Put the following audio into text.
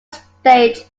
stage